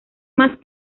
más